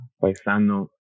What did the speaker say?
paisano